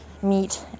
meet